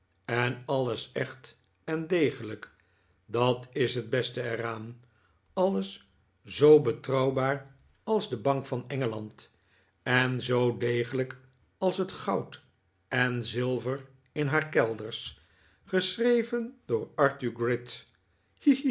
en alles echt en degelijk dat is het beste er aan alles zoo betrouwbaar als de bank van engeland en zoo degelijk als het goud en zilver in haar kelders geschreven door arthur gride